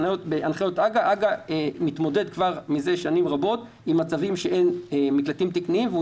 הג"א מתמודד מזה שנים רבות עם מצב שאין מקלטים תקניים והוא